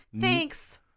Thanks